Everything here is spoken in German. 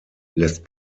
lässt